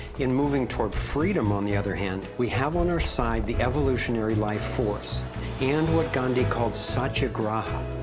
in moving toward freedom, on the other hand, we have on our side the evolutionary life force and what gandhi called satyagraha